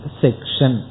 section